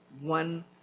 one